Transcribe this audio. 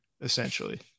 Essentially